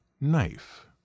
knife